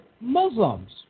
Muslims